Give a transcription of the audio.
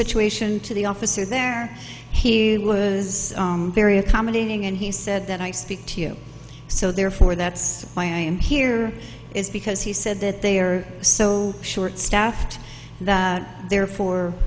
situation to the officer there he was very accommodating and he said that i speak to you so therefore that's why i'm here is because he said that they are so short staffed and therefore